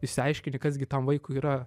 išsiaiškini kas gi tam vaikui yra